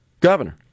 governor